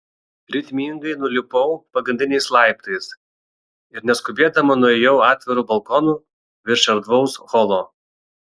ritmingai nulipau pagrindiniais laiptais ir neskubėdama nuėjau atviru balkonu virš erdvaus holo